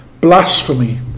blasphemy